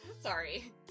Sorry